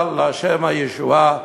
אבל לה' הישועה